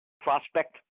prospect